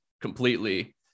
completely